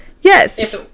Yes